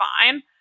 fine